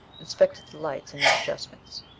inspected the lights, and made adjustments.